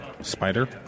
spider